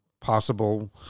possible